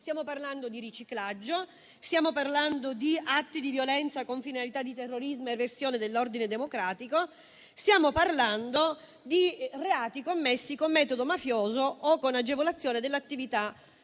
Stiamo parlando di riciclaggio, di atti di violenza con finalità di terrorismo o eversione dell'ordine democratico, di reati commessi con metodo mafioso o con agevolazione dell'attività